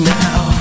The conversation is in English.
now